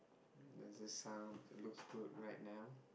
does this sound it looks good right now